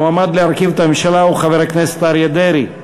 המועמד להרכיב את הממשלה הוא חבר הכנסת אריה דרעי.